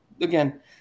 again